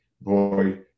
boy